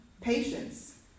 Patience